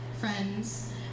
friends